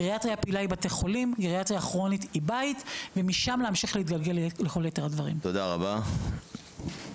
הגריאטריה הכרונית מדברת על אנשים שהתפקוד שלהם ירוד,